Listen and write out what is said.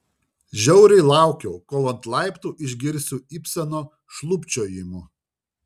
žiauriai laukiau kol ant laiptų išgirsiu ibseno šlubčiojimų